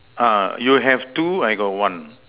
ah you have two I got one